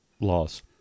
laws